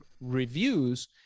reviews